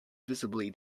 visibly